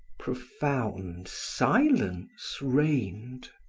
profound silence reigned.